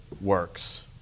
works